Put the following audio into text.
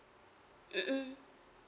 mmhmm